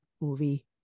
movie